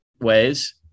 ways